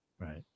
Right